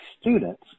students